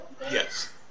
Yes